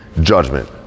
judgment